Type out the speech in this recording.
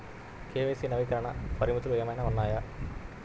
KYC నవీకరణకి పరిమితులు ఏమన్నా ఉన్నాయా?